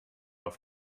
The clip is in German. auf